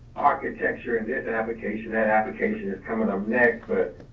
architecture in this and application, that application is coming up next, but